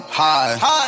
high